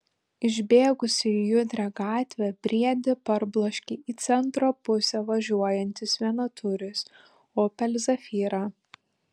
išbėgusį į judrią gatvę briedį parbloškė į centro pusę važiuojantis vienatūris opel zafira